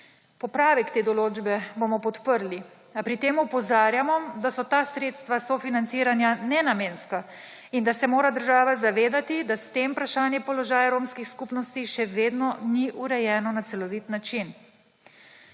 Popravek te določbe bomo podprli, a pri tem opozarjamo, da so ta sredstva sofinanciranja nenamenska in da se mora država zavedati, da s tem vprašanje položaja romskih skupnosti še vedno ni urejeno na celovit način.